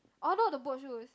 oh not the boat shoes